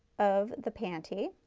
of the panty.